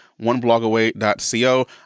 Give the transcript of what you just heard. oneblogaway.co